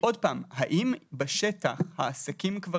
האם בשטח העסקים כבר